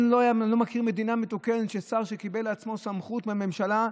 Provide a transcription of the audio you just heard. אני לא מכיר מדינה מתוקנת שבה שר שקיבל על עצמו סמכות מהממשלה,